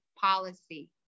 policy